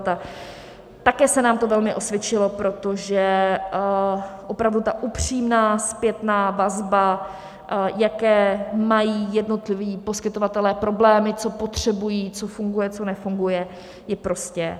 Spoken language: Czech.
A také se nám to velmi osvědčilo, protože opravdu ta upřímná zpětná vazba, jaké mají jednotliví poskytovatelé problémy, co potřebují, co funguje, co nefunguje, je prostě neocenitelná.